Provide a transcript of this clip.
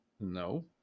No